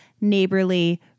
neighborly